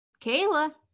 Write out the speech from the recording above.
Kayla